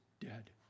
dead